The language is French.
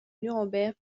nuremberg